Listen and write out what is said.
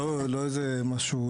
לא איזה משהו,